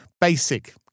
basic